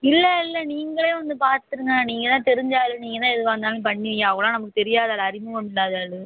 இல்லை இல்லை நீங்களே வந்து பார்த்துருங்க நீங்கள் தான் தெரிஞ்ச ஆள் நீங்கள் தான் எதுவாக இருந்தாலும் பண்ணுவீங்க அவங்களாம் நமக்கு தெரியாத ஆள் அறிமுகமில்லாத ஆள்